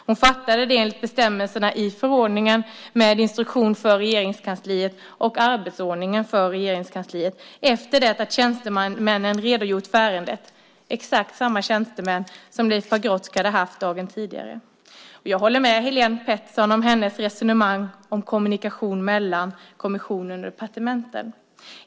Hon fattade beslutet enligt bestämmelserna i förordningen med instruktion för Regeringskansliet och arbetsordningen för Regeringskansliet efter det att tjänstemännen redogjort för ärendet. Det var exakt samma tjänstemän som Leif Pagrotsky hade haft dagen tidigare. Jag håller med Helene Petersson om hennes resonemang om kommunikation mellan kommissionen och departementen.